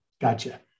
Gotcha